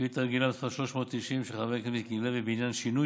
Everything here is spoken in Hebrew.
שאילתה רגילה מס' 390 של חבר הכנסת מיקי לוי בעניין שינוי